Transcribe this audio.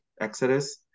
exodus